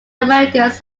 americans